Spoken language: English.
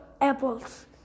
apples